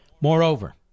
Moreover